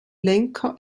lenker